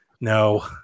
No